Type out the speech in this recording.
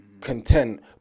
content